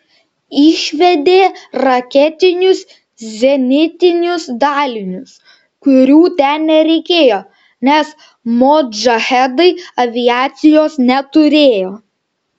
išvedė raketinius zenitinius dalinius kurių ten nereikėjo nes modžahedai aviacijos neturėjo